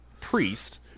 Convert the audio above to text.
priest